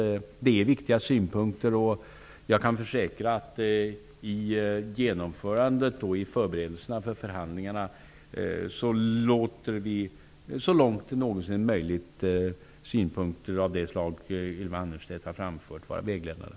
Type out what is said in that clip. Det är viktiga synpunkter. Jag kan försäkra att vi vid förberedelserna och genomförandet av förhandlingarna så långt det någonsin är möjligt låter synpunkter av det slag som Ylva Annerstedt har framfört vara vägledande.